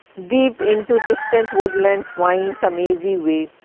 deep into distant woodlands winds a mazy way,